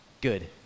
good